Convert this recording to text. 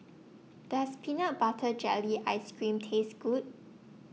Does Peanut Butter Jelly Ice Cream Taste Good